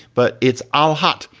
but it's all hot,